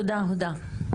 תודה, הודא.